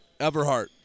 Everhart